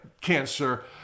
cancer